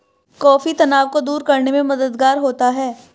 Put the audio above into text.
coffee तनाव को दूर करने में मददगार होता है